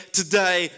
today